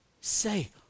say